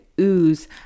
ooze